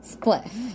Cliff